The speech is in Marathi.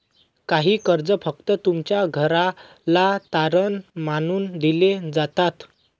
काही कर्ज फक्त तुमच्या घराला तारण मानून दिले जातात